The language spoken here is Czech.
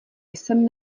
jsem